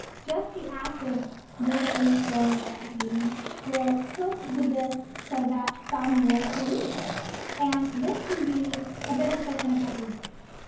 just the act of urinating or defecating will tilt the disc so that some will release and this can be a benefit in a couple of ways.